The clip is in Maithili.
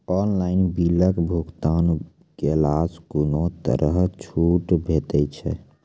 ऑनलाइन बिलक भुगतान केलासॅ कुनू तरहक छूट भेटै छै?